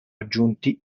aggiunti